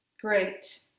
Great